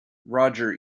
roger